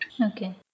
Okay